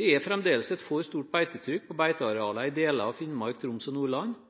Det er fremdeles et for stort beitetrykk på beitearealene i deler av Finnmark, Troms og Nordland.